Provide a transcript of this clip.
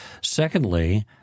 Secondly